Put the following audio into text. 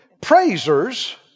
praisers